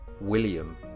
William